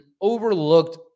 overlooked